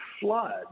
flood